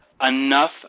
enough